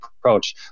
approach